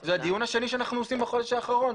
זה הדיון השני שאנחנו עושים בחודש האחרון,